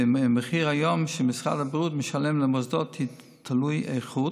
ומחיר היום שמשרד הבריאות משלם למוסדות הוא תלוי-איכות